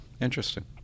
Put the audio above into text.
Interesting